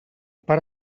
pare